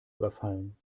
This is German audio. überfallen